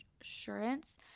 insurance